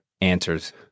answers